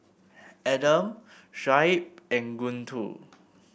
Adam Shoaib and Guntur